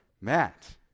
Matt